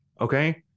Okay